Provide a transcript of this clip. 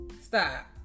stop